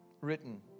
written